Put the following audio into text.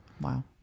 Wow